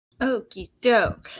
Okey-doke